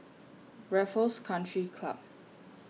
Raffles Country Club